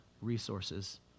resources